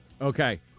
Okay